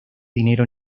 dinero